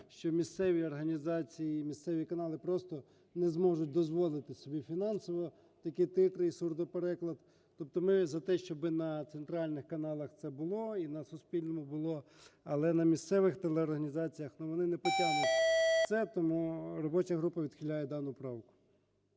що місцеві організації і місцеві канали просто не зможуть дозволити собі фінансово такі титри і сурдопереклад, тобто ми за те, щоби на центральних каналах це було і на суспільному було, але на місцевих телеорганізаціях, ну, вони не потянуть це. Тому робоча група відхиляє дану правку.